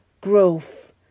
growth